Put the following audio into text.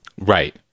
Right